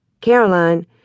Caroline